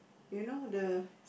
you know the